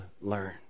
learn